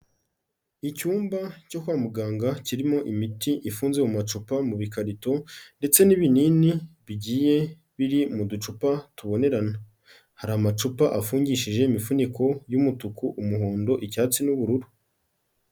Icyumba cyo kwa muganga kirimo imiti ifunze mu macupa, mu bikarito ndetse n'ibinini bigiye biri mu ducupa tubonerana. Hari amacupa afungishije imifuniko y'umutuku, umuhondo, icyatsi n'ubururu.